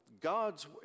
god's